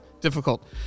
difficult